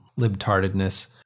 libtardedness